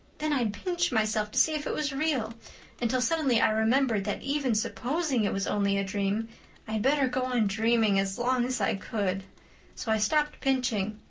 then i'd pinch myself to see if it was real until suddenly i remembered that even supposing it was only a dream i'd better go on dreaming as long as i could so i stopped pinching.